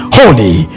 holy